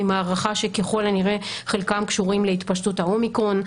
עם הערכה שככל הנראה חלקם קשורים להתפשטות האומריקון.